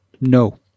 No